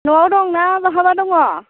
न'आव दं ना बहाबा दङ